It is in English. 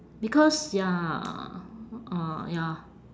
because ya ah ya